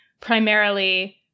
primarily